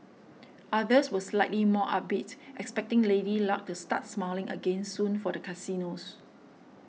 others were slightly more upbeat expecting Lady Luck to start smiling again soon for the casinos